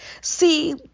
See